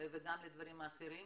וגם לדברים אחרים.